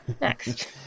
next